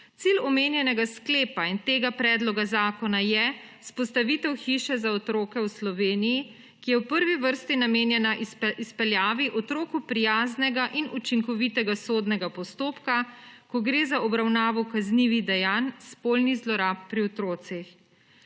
Cilj omenjenega sklepa in tega predloga zakona je vzpostavitev hiše za otroke v Sloveniji, ki je v prvi vrsti namenjena izpeljavi otroku prijaznega in učinkovitega sodnega postopka, ko gre za obravnavo kaznivih dejanj spolnih zlorab pri otrocih.